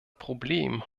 problem